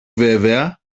βέβαια